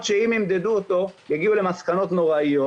למרות שאם ימדדו אותו יגיעו למסקנות נוראיות,